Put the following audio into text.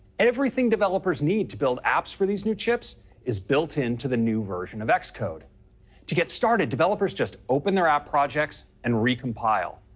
everything developers need to build apps for these new chips is built into the new version of xcode. to get started, developers just open their app projects and recompile.